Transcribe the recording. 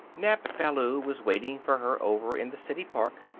nap ballou was waiting for her over in the city park.